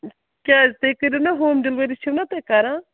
کیٛازِ تُہۍ کٔرِو نا ہوم ڈِیلؤری چھِو نا تُہۍ کَران